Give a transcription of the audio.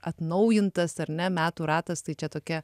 atnaujintas ar ne metų ratas tai čia tokia